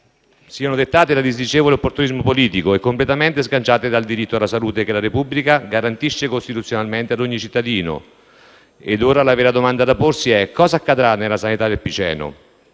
siano dettate da un disdicevole opportunismo politico e completamente sganciate dal diritto alla salute che la Repubblica garantisce costituzionalmente ad ogni cittadino. Ora la vera domanda da porsi è: cosa accadrà alla sanità nel Piceno?